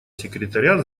секретаря